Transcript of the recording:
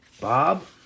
Bob